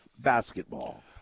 basketball